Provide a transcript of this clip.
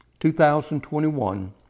2021